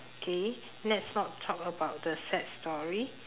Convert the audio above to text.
okay let's not talk about the sad story